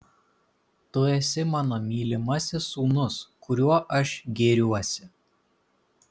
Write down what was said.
tu esi mano mylimasis sūnus kuriuo aš gėriuosi